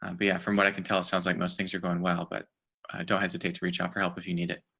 um but yeah, from what i can tell, it sounds like most things are going well. but i don't hesitate to reach out for help if you need it.